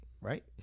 right